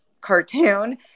cartoon